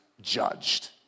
judged